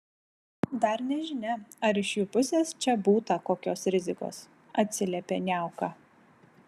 dar nežinia ar iš jų pusės čia būta kokios rizikos atsiliepė niauka